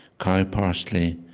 cow parsley,